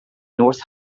north